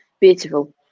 Beautiful